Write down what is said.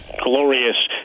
glorious